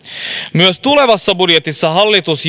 myös tulevassa budjetissa hallitus